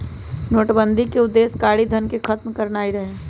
नोटबन्दि के उद्देश्य कारीधन के खत्म करनाइ रहै